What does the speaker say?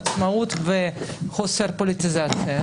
העצמאות וחוסר פוליטיזציה?